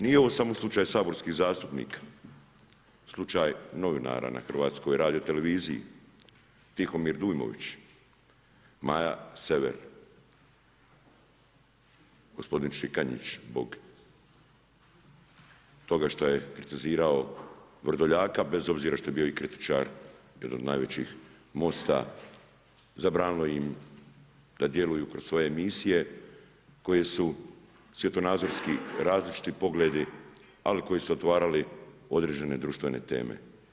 Nije ovo samo slučaj saborskih zastupnika, slučaj novinara na Hrvatskoj radioteleviziji Tihomir Dujmović, Maja Sever, gospodin Šikanjić zbog toga što je kritizirao Vrdoljaka bez obzira što je bio i kritičar jedan od najvećih MOST-a, zabranilo im da djeluju kroz svoje misije koje su svjetonazorski različiti pogledi, ali koji su otvarali određene društvene teme.